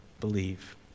believe